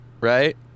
right